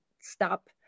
stop